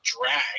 drag